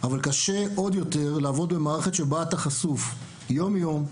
אבל קשה עוד יותר לעבוד במערכת שבה אתה חשוף יום יום,